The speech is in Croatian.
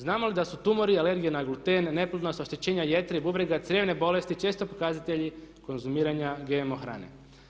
Znamo li da su tumori i alergije na gluten, neplodnost, oštećenja jetre i bubrega, crijevne bolesti često pokazatelji konzumiranja GMO hrane?